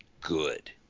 good